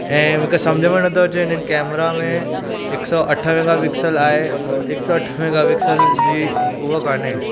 ऐं मूंखे सम्झ में नथो अचे हिन कैमरा में हिकु सौ अठ मेगापिक्सल आहे हिकु सौ अठ मेगापिक्सल जी उहा कोन्हे